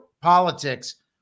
politics